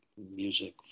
music